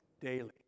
Daily